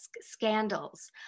scandals